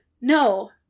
No